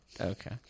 Okay